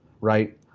right